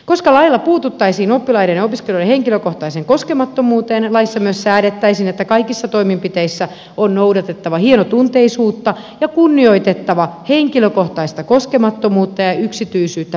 koska lailla puututtaisiin oppilaiden ja opiskelijoiden henkilökohtaiseen koskemattomuuteen laissa myös säädettäisiin että kaikissa toimenpiteissä on noudatettava hienotunteisuutta ja kunnioitettava henkilökohtaista koskemattomuutta ja yksityisyyttä mahdollisimman pitkälle